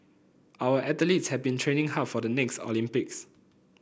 our athletes have been training hard for the next Olympics